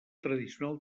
tradicional